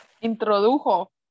Introdujo